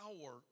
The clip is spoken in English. power